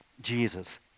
Jesus